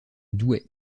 douai